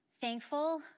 thankful